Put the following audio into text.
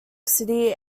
city